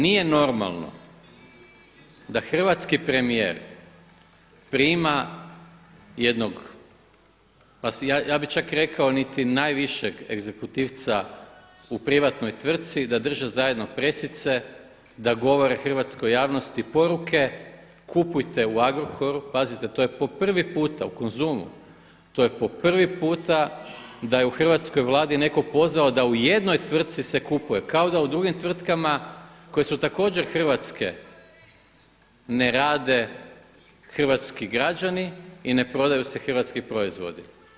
Da hrvatski premijer prima jednog, ja bih čak rekao niti najvišeg … u privatnoj tvrtki, da države zajedno pressice, da govore hrvatskoj javnosti poruke, kupujte u Agrokoru, pazite to je po prvi puta u Konzumu, to je po prvi puta da je u hrvatskoj Vladi netko pozvao da u jednoj tvrtki se kupuje kao da u drugim tvrtkama koje su također hrvatske ne rade hrvatski građani i ne prodaju se hrvatski proizvodi.